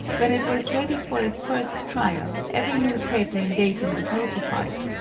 when it was ready for its first trial every newspaper in dayton was notified,